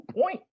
point